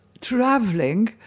traveling